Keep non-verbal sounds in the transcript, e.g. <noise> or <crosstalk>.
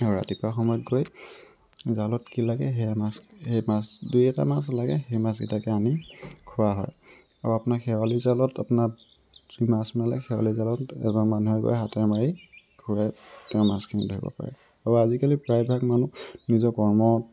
আৰু ৰাতিপুৱা সময়ত গৈ জালত কি লাগে সেয়া মাছ সেই মাছ দুই এটা মাছ লাগে সেই মাছকেইটাকে আনি খোৱা হয় আৰু আপোনাৰ খেৱালী জালত আপোনাৰ <unintelligible> খেৱালী জালত এবাৰ মানুহে গৈ হাতেৰে মাৰি <unintelligible> তেওঁ মাছখিনি ধৰিব পাৰে আৰু আজিকালি প্ৰায়ভাগ মানুহ নিজৰ কৰ্ম